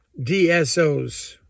DSOs